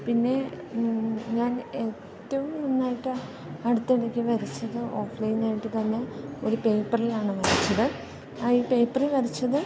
പിന്നെ ഞാൻ ഏറ്റവും നന്നായിട്ട് അടുത്തിടക്ക് വരച്ചത് ഓഫ്ലൈൻ ആയിട്ട് തന്നെ ഒരു പേപ്പറിലാണ് വരച്ചത് ഈ പേപ്പറിൽ വരച്ചത്